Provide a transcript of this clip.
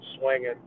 swinging